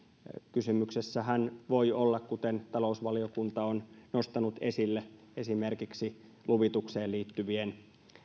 kysymyksessähän voi olla kuten talousvaliokunta on nostanut esille esimerkiksi luvitukseen liittyvien